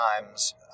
times